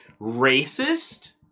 racist